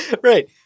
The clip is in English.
Right